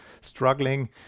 struggling